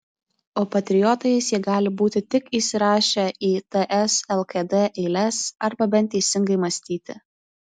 o patriotais jie gali būti tik įsirašę į ts lkd eiles arba bent teisingai mąstyti